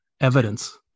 Evidence